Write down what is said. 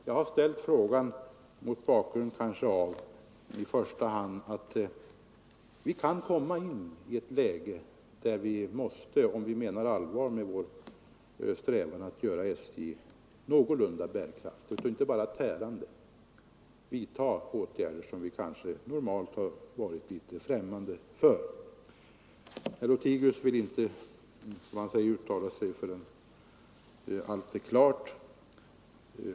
Jag har ställt frågan i första hand mot bakgrund av att vi kan komma i ett läge, där vi, om vi menar allvar med vår strävan att göra SJ någorlunda bärkraftigt och inte bara tärande, kanske bör vidtaga åtgärder som vi normalt varit litet främmande för. Herr Lothigius ville inte, som han säger, uttala sig förrän allt är klart.